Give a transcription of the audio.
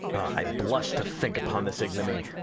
i blush to think upon this ignomy.